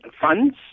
funds